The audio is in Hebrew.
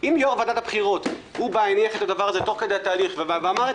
אם יושב-ראש ועדת הבחירות הניח את הדבר הזה תוך כדי התהליך ואמר את